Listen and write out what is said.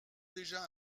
déjà